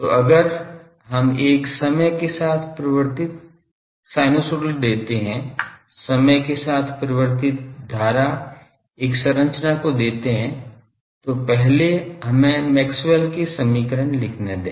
तो अगर हम एक समय के साथ परिवर्तित साइनसोइडल देते हैं समय के साथ परिवर्तित धारा एक संरचना को देते हैं तो पहले हमें मैक्सवेल के समीकरण लिखने दें